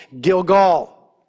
Gilgal